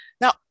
Now